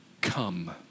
come